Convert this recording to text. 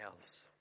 else